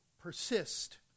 persist